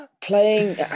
playing